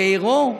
שארו,